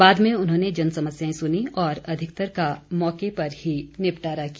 बाद में उन्होंने जन समस्याएं सुनीं और अधिकतर का मौके पर ही निपटारा किया